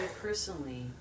personally